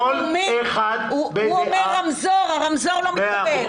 הוא אומר רמזור, הרמזור לא מתקבל.